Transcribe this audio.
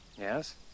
Yes